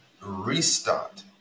restart